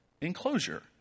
enclosure